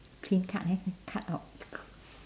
clean cut eh cut out